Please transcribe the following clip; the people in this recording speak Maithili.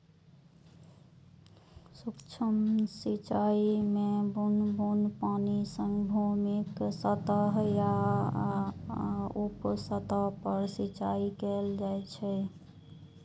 सूक्ष्म सिंचाइ मे बुन्न बुन्न पानि सं भूमिक सतह या उप सतह पर सिंचाइ कैल जाइ छै